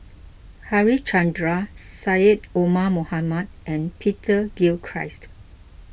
Harichandra Syed Omar Mohamed and Peter Gilchrist